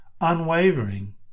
Unwavering